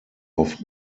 auf